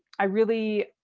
i really,